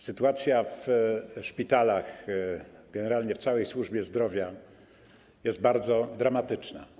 Sytuacja w szpitalach, generalnie w całej służbie zdrowia, jest bardzo dramatyczna.